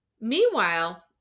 Meanwhile